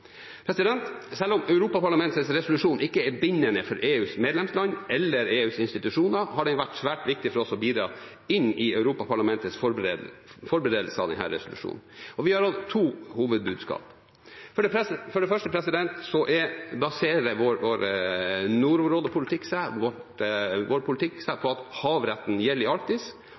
Selv om Europaparlamentets resolusjon ikke er bindende for EUs medlemsland eller EUs institusjoner, har det vært svært viktig for oss å bidra inn i Europaparlamentets forberedelse av denne resolusjonen. Vi har to hovedbudskap. For det første baserer vår nordområdepolitikk seg på at havretten gjelder i Arktis. Og det andre punktet som har vært viktig å fremføre, er at